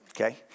okay